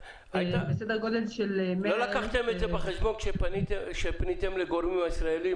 בסדר גודל של 100,000 --- לא לקחתם את זה בחשבון כשפניתם לגורמים הישראלים